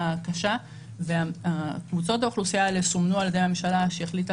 קשה וקבוצות האוכלוסייה האלה סומנו על ידי הממשלה - שהחליטה